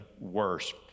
worse